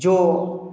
जो